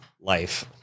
life